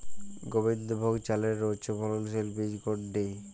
গোবিন্দভোগ চালের উচ্চফলনশীল বীজ কোনটি?